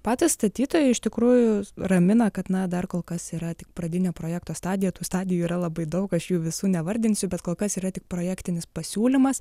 patys statytojai iš tikrųjų ramina kad na dar kol kas yra tik pradinio projekto stadija tų stadijų yra labai daug aš jų visų nevardinsiu bet kol kas yra tik projektinis pasiūlymas